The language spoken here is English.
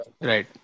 Right